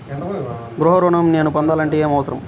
గృహ ఋణం నేను పొందాలంటే హామీ అవసరమా?